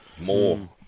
more